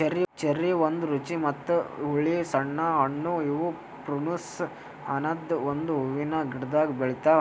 cherry ಒಂದ್ ರುಚಿ ಮತ್ತ ಹುಳಿ ಸಣ್ಣ ಹಣ್ಣು ಇವು ಪ್ರುನುಸ್ ಅನದ್ ಒಂದು ಹೂವಿನ ಗಿಡ್ದಾಗ್ ಬೆಳಿತಾವ್